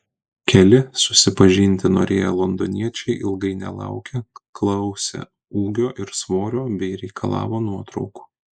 keli susipažinti norėję londoniečiai ilgai nelaukę klausė ūgio ir svorio bei reikalavo nuotraukų